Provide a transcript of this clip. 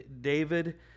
David